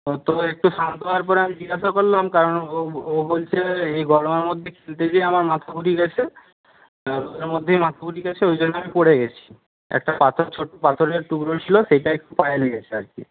ও তো একটু শান্ত হওয়ার পরে আমি জিজ্ঞাসা করলাম কারণ ও ও বলছে এই গরমের মধ্যে ছুটতে গিয়ে আমার মাথা ঘুরিয়ে গেছে গরমের মধ্যেই মাথা ঘুরিয়ে গেছে ওই জন্য আমি পড়ে গেছি একটা পাথর ছোট্টো পাথরের টুকরো ছিল সেইটা একটু পায়ে লেগেছে আর কি